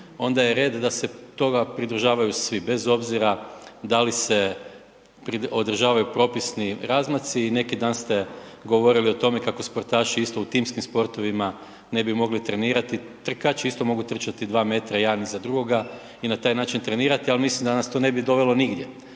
onda je red da se toga pridržavaju svi bez obzira da li se održavaju propisni razmaci. I neki dan ste govorili o tome kako sportaši isto u timskim sportovima ne bi mogli trenirati, trkači isto mogu trčati 2 metra jedan iza drugoga i na taj način trenirati, al mislim da nas to ne bi dovelo nigdje.